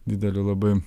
dideliu labai